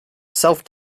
self